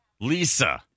Lisa